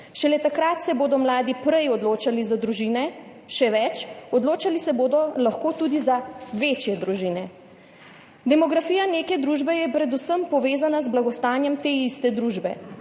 šele takrat se bodo mladi prej odločali za družine, še več, odločali se bodo lahko tudi za večje družine. Demografija neke družbe je predvsem povezana z blagostanjem te iste družbe.